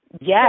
Yes